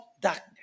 darkness